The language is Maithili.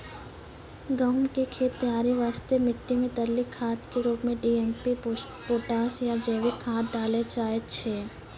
गहूम के खेत तैयारी वास्ते मिट्टी मे तरली खाद के रूप मे डी.ए.पी पोटास या जैविक खाद डालल जाय छै